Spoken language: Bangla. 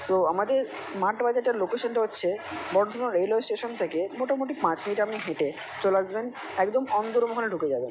সো আমাদের স্মার্ট বাজারটার লোকেশানটা হচ্ছে বর্ধমান রেলওয়ে স্টেশন থেকে মোটামুটি পাঁচ মিনিট আপনি হেঁটে চলে আসবেন একদম অন্দরমহলে ঢুকে যাবেন